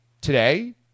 today